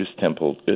temple